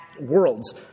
Worlds